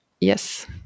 yes